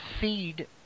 feed